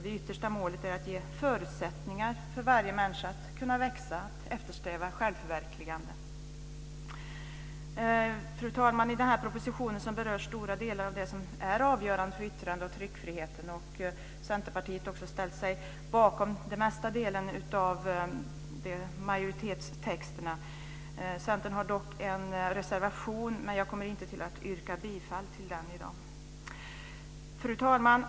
Det yttersta målet är att ge förutsättningar för varje människa att växa och eftersträva självförverkligande. Fru talman! I den här propositionen berörs stora delar av det som är avgörande för yttrande och tryckfriheten. Centerpartiet har ställt sig bakom den största delen av majoritetstexterna. Centern har en reservation, men jag kommer inte att yrka bifall till den i dag. Fru talman!